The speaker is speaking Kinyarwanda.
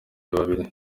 babiri